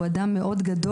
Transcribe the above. שהוא אדם גבוה מאוד,